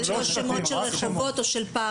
זה לא שמות של רחובות או של פארקים.